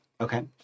Okay